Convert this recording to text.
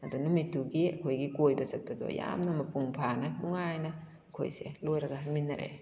ꯑꯗꯨ ꯅꯨꯃꯤꯠꯇꯨꯒꯤ ꯑꯩꯈꯣꯏꯒꯤ ꯀꯣꯏꯕ ꯆꯠꯄꯗꯣ ꯌꯥꯝꯅ ꯃꯄꯨꯡ ꯐꯥꯅ ꯅꯨꯡꯉꯥꯏꯅ ꯑꯩꯈꯣꯏꯁꯦ ꯂꯣꯏꯔꯒ ꯍꯟꯃꯤꯟꯅꯔꯛꯑꯦ